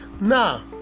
Now